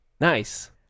Nice